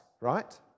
right